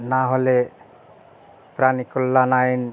না হলে প্রাণী কল্যাণ আইন